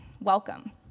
welcome